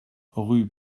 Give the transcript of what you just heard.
rue